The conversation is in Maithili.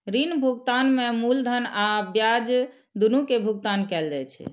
ऋण भुगतान में मूलधन आ ब्याज, दुनू के भुगतान कैल जाइ छै